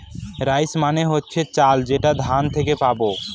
rice মানে হচ্ছে চাল যেটা ধান থেকে পাবো